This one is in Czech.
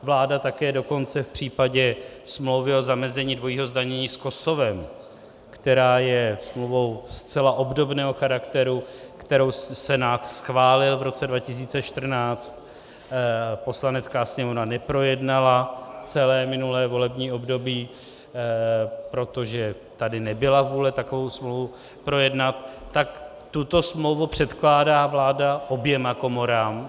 Vláda také dokonce v případě smlouvy o zamezení dvojího zdanění s Kosovem, která je smlouvou zcela obdobného charakteru, kterou Senát schválil v roce 2014, Poslanecká sněmovna neprojednala celé minulé volební období, protože tady nebyla vůle takovou smlouvu projednat, tak tuto smlouvu předkládá vláda oběma komorám.